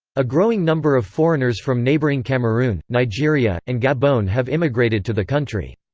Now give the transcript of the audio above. a growing number of foreigners from neighboring cameroon, nigeria, and gabon have immigrated to the country.